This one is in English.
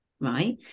right